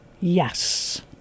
Yes